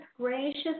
gracious